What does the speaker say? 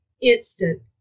instant